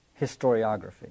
historiography